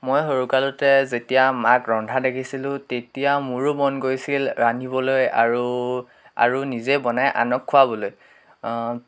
মই সৰুকালতে যেতিয়া মাক ৰন্ধা দেখিছিলোঁ তেতিয়া মোৰো মন গৈছিল ৰান্ধিবলৈ আৰু আৰু নিজে বনাই আনক খোৱাবলৈ